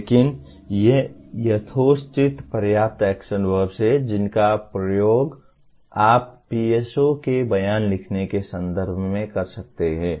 लेकिन ये यथोचित पर्याप्त एक्शन वर्ब्स हैं जिनका उपयोग आप PSOs के बयान लिखने के संदर्भ में कर सकते हैं